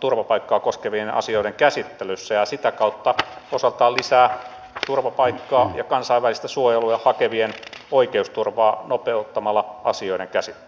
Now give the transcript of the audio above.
turvapaikkaa koskevien asioiden käsittelyssä ja sitä kautta osaltaan lisää turvapaikkaa ja kansainvälistä suojelua hakevien oikeusturvaa nopeuttamalla asioiden käsittelyä